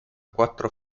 quattro